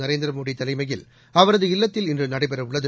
நரேந்திர மோடி தலைமையில் அவரது இல்லத்தில் இன்று நடைபெறவுள்ளது